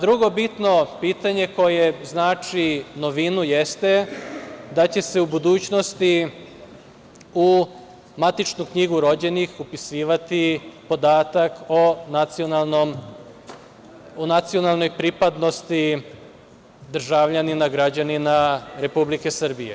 Drugo bitno pitanje koje znači novinu jeste da će se u budućnosti u matičnu knjigu rođenih upisivati podatak o nacionalnoj pripadnosti državljanina, građania Republike Srbije.